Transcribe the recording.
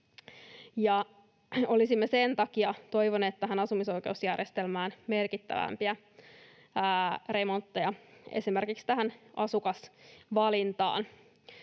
Olisimme sen takia toivoneet tähän asumisoikeusjärjestelmään merkittävämpiä remontteja, esimerkiksi tähän asukasvalintaan.